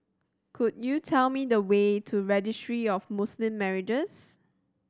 could you tell me the way to Registry of Muslim Marriages